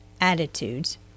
attitudes